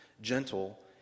Gentle